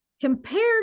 compared